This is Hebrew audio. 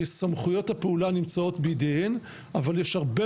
סמכויות הפעולה נמצאות בידיהן אבל יש הרבה